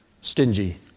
stingy